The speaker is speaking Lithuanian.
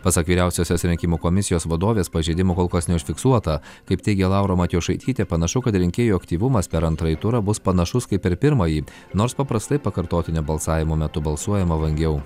pasak vyriausiosios rinkimų komisijos vadovės pažeidimų kol kas neužfiksuota kaip teigia laura matjošaitytė panašu kad rinkėjų aktyvumas per antrąjį turą bus panašus kaip per pirmąjį nors paprastai pakartotinio balsavimo metu balsuojama vangiau